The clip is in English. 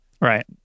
Right